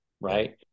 right